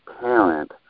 parent